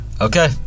Okay